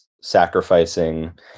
sacrificing